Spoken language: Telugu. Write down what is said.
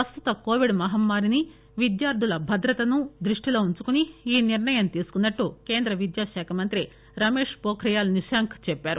ప్రస్తుత కోవిడ్ మహమ్మారిని విద్యార్లుల భద్రతను దృష్టిలో పెట్టుకుని ఈ నిర్ణయం తీసుకున్నట్లు కేంద్ర విద్యాశాఖ మంత్రి రమేష్ హోఖ్రియాల్ నిశాంక్ చెప్పారు